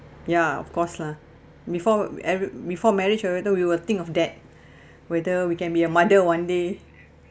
ya of course lah before eve~ before marriage or whether we will think of that whether we can be a mother one day